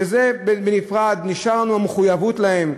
שזה בנפרד, נשארה לנו המחויבות להם.